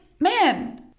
Man